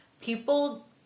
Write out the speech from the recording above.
people